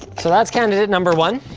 so that's candidate number one.